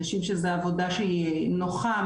אנשים שזו עבודה שהיא נוחה,